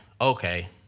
okay